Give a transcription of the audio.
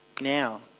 now